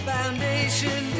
Foundation